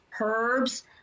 herbs